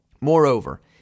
Moreover